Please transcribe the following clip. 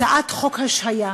הצעת חוק השעיה.